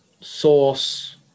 source